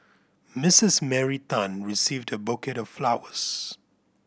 Misses Mary Tan received a bouquet of flowers